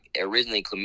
originally